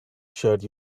shirt